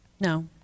no